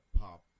pop